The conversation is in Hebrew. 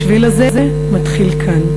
השביל הזה מתחיל כאן."